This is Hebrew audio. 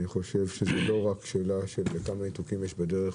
זו לא רק שאלה של כמה ניתוקים יש בדרך